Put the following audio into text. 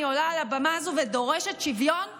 עולה על הבמה הזו ודורשת שוויון לגברים,